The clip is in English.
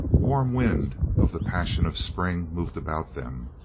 warm wind of the passion of spring moved about them.